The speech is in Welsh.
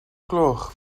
gloch